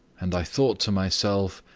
and i thought to myself,